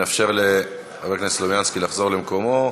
התשע"ו 2016. נאפשר לחבר הכנסת סלומינסקי לחזור למקומו.